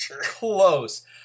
Close